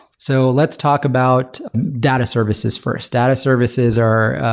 so let's talk about data services first. data services are